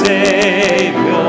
Savior